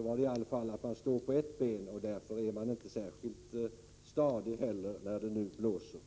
innebär det i alla fall att man står på ett ben, och därför är man inte heller särskilt stadig nu när det blåser.